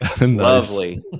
Lovely